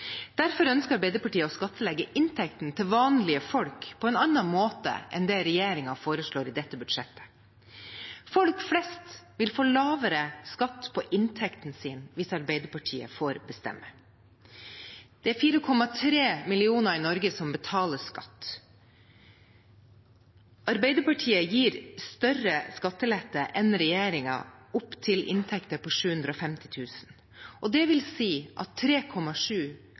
Derfor ønsker Arbeiderpartiet å skattlegge inntekten til vanlige folk på en annen måte enn det regjeringen foreslår i dette budsjettet. Folk flest vil få lavere skatt på inntekten sin hvis Arbeiderpartiet får bestemme. Det er 4,3 millioner i Norge som betaler skatt. Arbeiderpartiet gir større skattelette enn regjeringen gir, opp til inntekter på 750 000 kr. Det vil si at 3,7